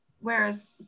Whereas